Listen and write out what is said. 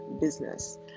Business